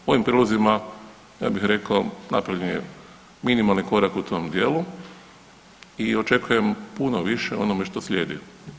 Ovim prilozima ja bih rekao napravljen je minimalni korak u tom dijelu i očekujem puno više u onome što slijedi.